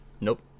Nope